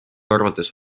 arvates